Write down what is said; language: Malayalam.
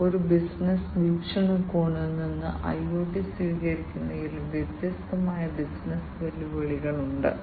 അതിനാൽ സിഗ്നൽ കണ്ടീഷണർ അപ്പോൾ നിങ്ങൾക്ക് ADC analogue to digital converter processor എന്നിവയുണ്ട്